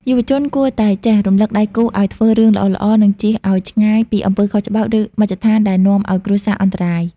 យុវជនគួរតែចេះ "រំលឹកដៃគូឱ្យធ្វើរឿងល្អៗ" និងចៀសឱ្យឆ្ងាយពីអំពើខុសច្បាប់ ឬមជ្ឈដ្ឋានដែលនាំឱ្យគ្រួសារអន្តរាយ។